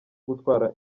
gutwara